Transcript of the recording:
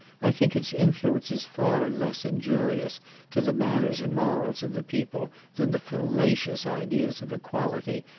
i think its influence is far less injurious to the manners and morals of the people than the fallacious ideas of equality,